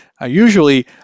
Usually